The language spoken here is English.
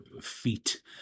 feet